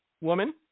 woman